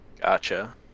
Gotcha